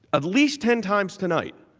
of least ten times tonight